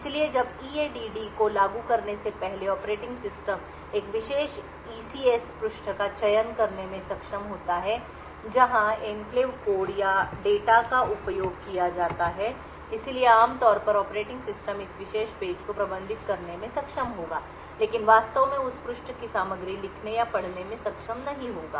इसलिए जब ईएडीडी को लागू करने से पहले ऑपरेटिंग सिस्टम एक विशेष ईसीएस ECS पृष्ठ का चयन करने में सक्षम होता है जहां एन्क्लेव कोड या डेटा का उपयोग किया जाता है इसलिए आमतौर पर ऑपरेटिंग सिस्टम इस विशेष पेज को प्रबंधित करने में सक्षम होगा लेकिन वास्तव में उस पृष्ठ की सामग्री लिखने या पढ़ने में सक्षम नहीं होगा